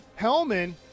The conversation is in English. Hellman